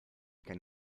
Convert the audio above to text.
can